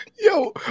Yo